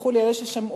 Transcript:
ויסלחו לי אלה ששמעו,